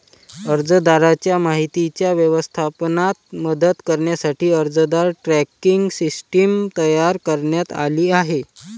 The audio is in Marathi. अर्जदाराच्या माहितीच्या व्यवस्थापनात मदत करण्यासाठी अर्जदार ट्रॅकिंग सिस्टीम तयार करण्यात आली आहे